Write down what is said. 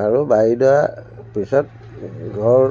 আৰু বাৰীডৰা পিছত ঘৰ